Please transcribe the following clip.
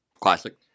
Classic